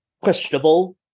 questionable